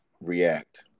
react